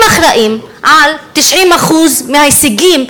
הם אחראים ל-90% מההישגים,